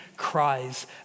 cries